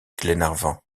glenarvan